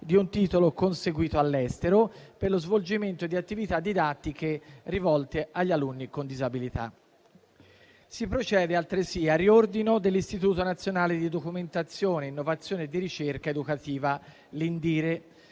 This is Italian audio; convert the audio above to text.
di un titolo conseguito all'estero per lo svolgimento di attività didattiche rivolte agli alunni con disabilità. Si procede altresì al riordino dell'Istituto nazionale di documentazione, innovazione e ricerca educativa (INDIRE),